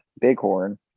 Bighorn